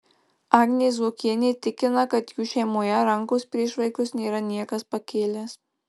agnė zuokienė tikina kad jų šeimoje rankos prieš vaikus nėra niekas pakėlęs